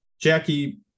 Jackie